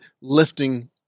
lifting